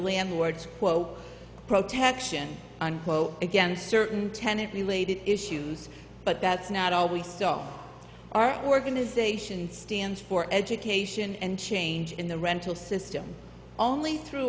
landlord's quote protection unquote against certain tenant related issues but that's not all we saw our organization stands for education and change in the rental system only through